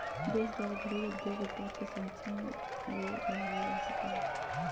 देश द्वारा घरेलू उद्योग उत्पाद के संरक्षण ले बढ़ावल जा सको हइ